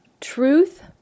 truth